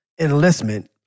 enlistment